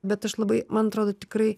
bet aš labai man atrodo tikrai